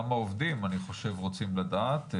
אני חושב שגם העובדים רוצים לדעת.